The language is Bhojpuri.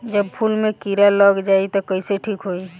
जब फूल मे किरा लग जाई त कइसे ठिक होई?